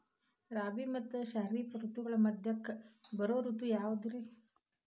ರಾಬಿ ಮತ್ತ ಖಾರಿಫ್ ಋತುಗಳ ಮಧ್ಯಕ್ಕ ಬರೋ ಋತು ಯಾವುದ್ರೇ?